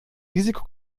risiko